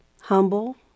humble